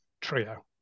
trio